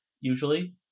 usually